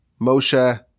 Moshe